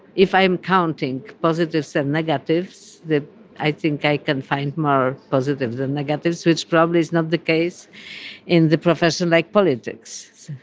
if i am counting positives and negatives, i think i can find more positives than negatives which probably is not the case in the professions like politics.